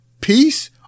peace